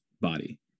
body